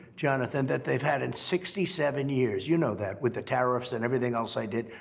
jonathan, that they've had in sixty seven years. you know that, with the tariffs and everything else i did.